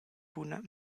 buna